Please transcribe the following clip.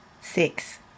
Six